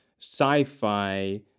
sci-fi